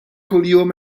kuljum